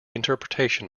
interpretation